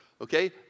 okay